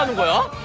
go